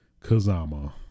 Kazama